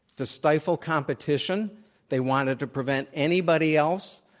to stifle competition they wanted to prevent anybody else,